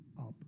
up